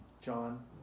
John